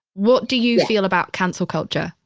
what do you feel about cancel culture?